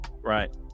Right